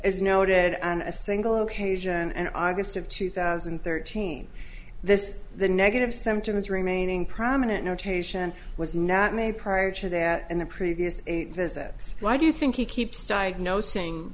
as noted and a single occasion and i guessed of two thousand and thirteen this the negative symptoms remaining prominent notation was not made prior to that in the previous visit why do you think he keeps diagnosing